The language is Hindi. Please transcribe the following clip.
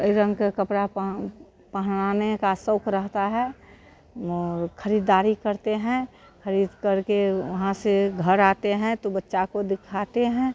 इ रंग के कपड़ा पहनाने का शौक़ रहता है और ख़रीदारी करते हैं ख़रीदकर के वहाँ से घर आते हैं तो बच्चे को दिखाते हैं